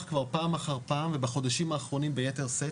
כבר פעם אחר פעם ובחודשים האחרונים ביתר שאת,